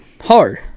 hard